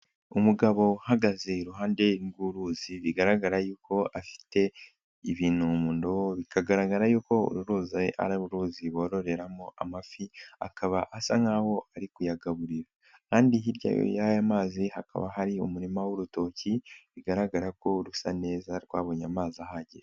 Umugabo uhagaze iruhande rw'uruzi bigaragara yuko afite ibintu mu ndobo, bikagaragara yuko uru ruizi ari uruzi bororeramo amafi, akaba asa nk'aho ari kuyagaburira kandi hirya y'aya mazi hakaba hari umurima w'urutoki bigaragara ko rusa neza rwabonye amazi ahagije.